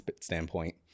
standpoint